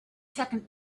second